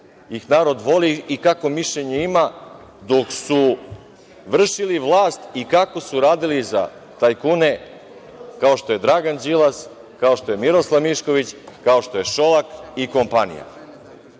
ih narod voli i kakvo mišljenje ima dok su vršili vlast i kako su radili za tajkune, kao što je Dragan Đilas, kao što je Miroslav Mišković, kao što je Šolak i kompanija. Isto